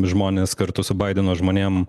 žmonės kartu su baideno žmonėm